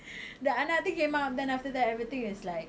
the anak thing came up then after everything is like